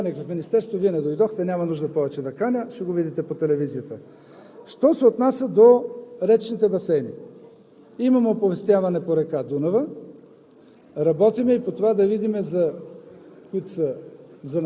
Просто следващата седмица ще бъде открит, не сте виждали такъв. Аз веднъж Ви каних в Министерството и Вие не дойдохте. Няма нужда повече да Ви каня, ще го видите по телевизията. Що се отнася до речните басейни, имаме оповестяване по река Дунав,